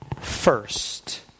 first